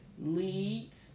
leads